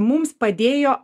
mums padėjo